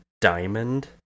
diamond